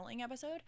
episode